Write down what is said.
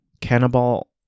Cannibal